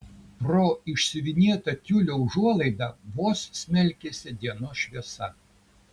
pro išsiuvinėtą tiulio užuolaidą vos smelkėsi dienos šviesa